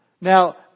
Now